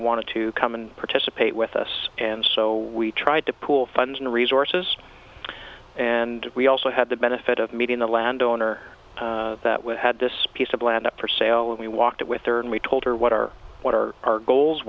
wanted to come and participate with us and so we tried to pool funds and resources and we also had the benefit of meeting the landowner that we had this piece of land up for sale and we walked with her and we told her what our what are our goals